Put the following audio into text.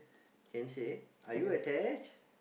can say are you attached